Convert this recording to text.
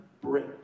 break